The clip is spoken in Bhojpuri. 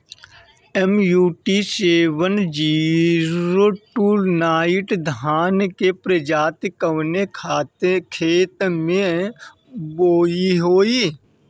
MUT seven zero two nine धान के प्रजाति कवने खेत मै बोआई होई?